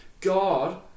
God